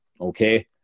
okay